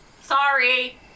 Sorry